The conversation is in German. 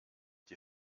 die